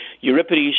Euripides